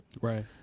Right